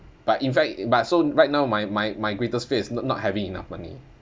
but in fact but so right now my my my greatest fear is not not having enough money